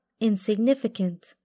insignificant